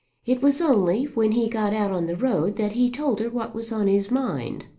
it was only when he got out on the road that he told her what was on his mind.